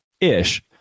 Ish